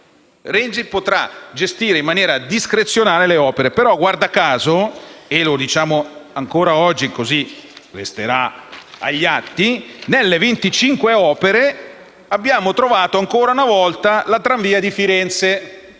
Renzi potrà gestire in maniera discrezionale le opere, però - guarda caso - e lo diciamo ancora oggi, così resterà agli atti, nelle 25 opere abbiamo trovato ancora una volta la tramvia di Firenze.